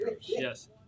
Yes